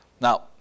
Now